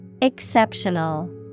Exceptional